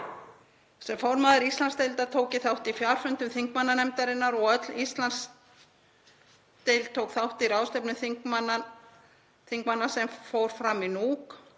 Sem formaður Íslandsdeildar tók ég þátt í fjarfundum þingmannanefndarinnar og öll Íslandsdeild tók þátt í ráðstefnu þingmannanefndarinnar sem fór fram í Nuuk.